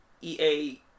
EA